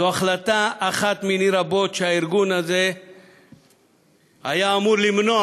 זו החלטה אחת מני רבות שהארגון הזה היה אמור למנוע,